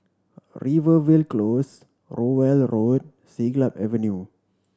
Rivervale Close Rowell Road Siglap Avenue